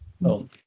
No